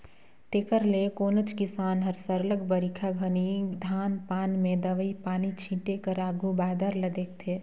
तेकर ले कोनोच किसान हर सरलग बरिखा घनी धान पान में दवई पानी छींचे कर आघु बादर ल देखथे